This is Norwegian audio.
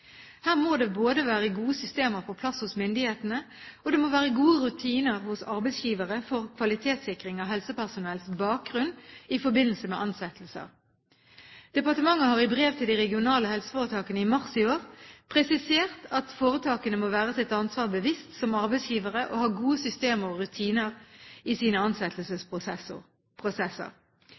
Her må det både være gode systemer på plass hos myndighetene og gode rutiner hos arbeidsgivere for kvalitetssikring av helsepersonells bakgrunn i forbindelse med ansettelser. Departementet har i brev til de regionale helseforetakene i mars i år presisert at foretakene må være seg sitt ansvar bevisst som arbeidsgivere og ha gode systemer og rutiner i sine ansettelsesprosesser.